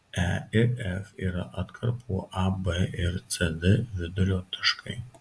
e ir f yra atkarpų ab ir cd vidurio taškai